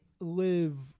live